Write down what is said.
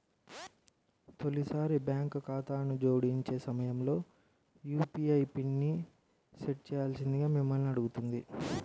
తొలిసారి బ్యాంక్ ఖాతాను జోడించే సమయంలో యూ.పీ.ఐ పిన్ని సెట్ చేయాల్సిందిగా మిమ్మల్ని అడుగుతుంది